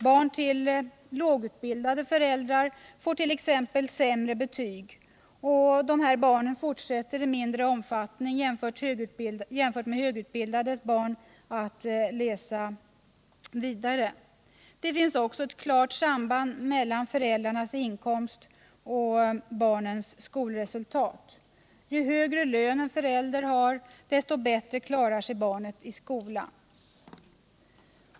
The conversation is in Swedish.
Barn till lågutbildade föräldrar får t.ex. sämre betyg, och dessa barn fortsätter i mindre omfattning, jämfört med högutbildades barn, att läsa vidare. Det finns också ett klart samband mellan föräldrarnas inkomst och barnens skolresultat. Ju högre lön en förälder har, desto bättre klarar sig barnet i skolan.